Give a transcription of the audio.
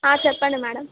చెప్పండి మ్యాడమ్